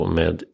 med